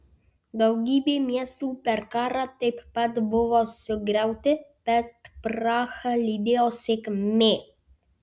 daugybė miestų per karą taip pat buvo sugriauti bet prahą lydėjo sėkmė